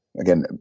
again